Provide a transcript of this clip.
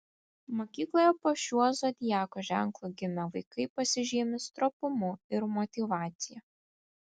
mokykloje po šiuo zodiako ženklu gimę vaikai pasižymi stropumu ir motyvacija